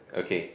okay